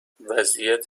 وضعیت